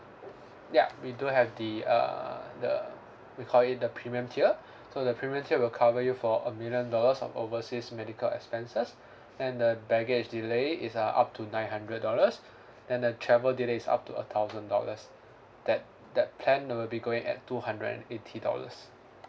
yup we do have the err the we call it the premium tier so the premium tier will cover you for a million dollars of overseas medical expenses and the baggage delay is uh up to nine hundred dollars then the travel delay is up to a thousand dollars that that plan will be going at two hundred and eighty dollars